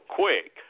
quick